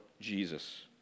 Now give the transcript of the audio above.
Jesus